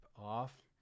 off